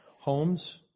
homes